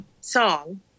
song